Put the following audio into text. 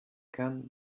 kann